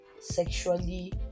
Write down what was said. sexually